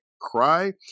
cry